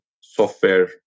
software